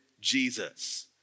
Jesus